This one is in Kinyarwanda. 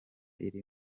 iri